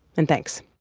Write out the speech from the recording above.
and thanks